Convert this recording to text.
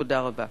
תודה רבה.